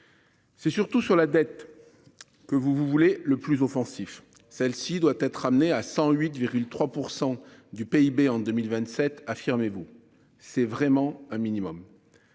C'est surtout sur la dette. Que vous voulez le plus offensif. Celle-ci doit être ramené à 108,3% du PIB en 2027, affirmé vous c'est vraiment un minimum.